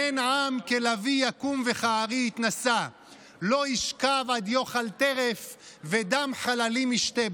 "הן עם כלביא יקום וכארי יתנשא לא ישכב עד יאכל טרף ודם חללים ישתה".